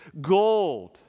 gold